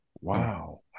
wow